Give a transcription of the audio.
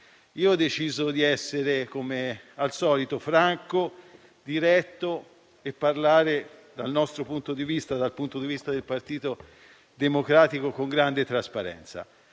Ho deciso di essere come al solito franco, diretto, e parlare dal nostro punto di vista, quello del Partito Democratico, con grande trasparenza.